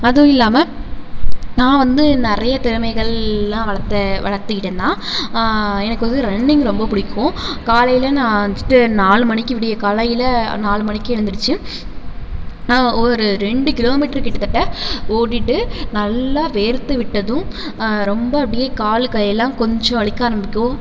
அதுவும் இல்லாமல் நான் வந்து நிறைய திறமைகள்லாம் வளர்த்தேன் வளர்த்திக்கிட்டேந்தான் எனக்கு வந்து ரன்னிங் ரொம்பப் பிடிக்கும் காலையில் நான் வந்துட்டு நாலு மணிக்கு விடிய காலையில் நாலு மணிக்கு எலுந்திரிச்சி ஒரு ரெண்டு கிலோமீட்ரு கிட்டத்தட்ட ஓடிட்டு நல்லா வேர்த்து விட்டதும் ரொம்ப அப்படியே காலு கையெல்லாம் கொஞ்சம் வலிக்க ஆரம்பிக்கும்